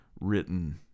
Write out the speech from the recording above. written